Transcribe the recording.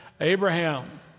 Abraham